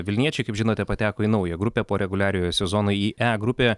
vilniečiai kaip žinote pateko į naują grupę po reguliariojo sezono į e grupę